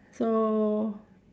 so